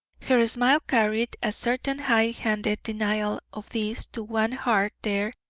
her smile carried a certain high-handed denial of this to one heart there,